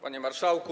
Panie Marszałku!